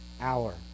hour